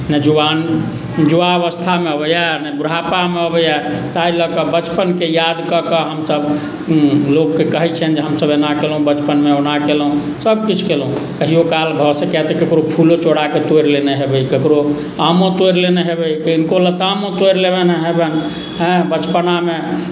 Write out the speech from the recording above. नहि युवा युवावस्थामे अबैए नहि बुढ़ापामे अबैए ताहि लकऽ बचपनके याद ककऽ हमसभ लोककेँ कहैत छियनि जे हमसभ एना कयलहुँ बचपनमे ओना कयलहुँ सभकिछु केलहुँ कहियो काल घरसँ कएटा फूलो चोराके ककरो तोड़ि लेने हेबै ककरो आमो तोड़ि लेने हेबै किनको लतामो तोड़ि लेने हैबेन्ह आँय बचपनामे